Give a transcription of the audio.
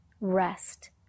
rest